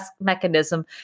mechanism